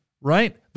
Right